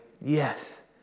Yes